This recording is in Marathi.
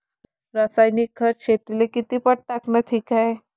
रासायनिक खत शेतीले किती पट टाकनं ठीक हाये?